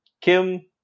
Kim